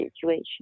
situation